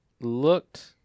looked